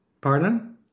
Pardon